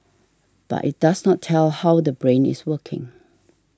but it does not tell how the brain is working